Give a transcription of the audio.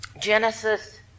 Genesis